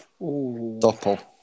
Doppel